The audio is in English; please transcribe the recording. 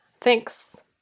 Thanks